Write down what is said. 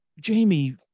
Jamie